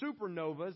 supernovas